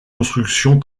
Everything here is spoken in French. constructions